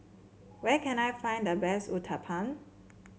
where can I find the best Uthapam